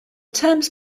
terms